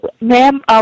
Ma'am